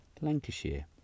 Lancashire